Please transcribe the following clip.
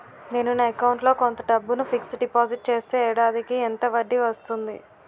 నేను నా అకౌంట్ లో కొంత డబ్బును ఫిక్సడ్ డెపోసిట్ చేస్తే ఏడాదికి ఎంత వడ్డీ వస్తుంది?